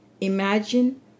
imagine